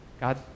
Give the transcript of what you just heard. God